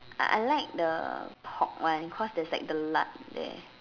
I I like the pork one because there's like the lard there